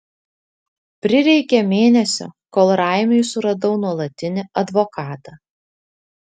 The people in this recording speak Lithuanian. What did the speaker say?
prireikė mėnesio kol raimiui suradau nuolatinį advokatą